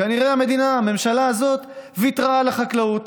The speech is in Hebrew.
כנראה המדינה, הממשלה הזאת, ויתרה על החקלאות,